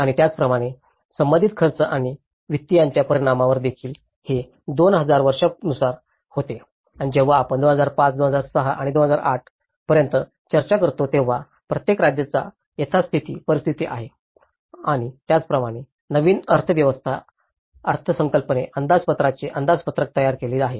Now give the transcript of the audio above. आणि त्याचप्रमाणे त्सुनामीशी संबंधित खर्च आणि वित्तियांच्या परिणामावर देखील हे 2000 वर्षानुसार होते आणि जेव्हा आपण 2005 2006 ते 2008 about पर्यंत चर्चा करतो तेव्हा प्रत्येक राज्याचा यथास्थिती परिस्थिती आहे आणि त्याचप्रमाणे नवीन अर्थव्यवस्था अर्थसंकल्पने अंदाजपत्रकाचे अंदाजपत्रक तयार केले आहे